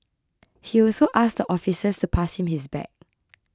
he also asked the officers to pass him his bag